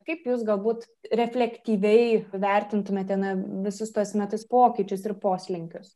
kaip jūs galbūt reflektyviai vertintumėte na visus tuos metus pokyčius ir poslinkius